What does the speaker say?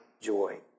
joy